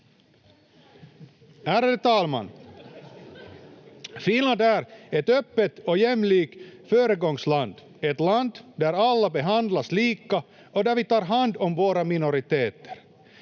Ärade talman! Finland är ett öppet och jämlikt föregångsland, ett land där alla behandlas lika och där vi tar hand om våra minoriteter.